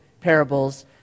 parables